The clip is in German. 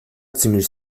ziemlich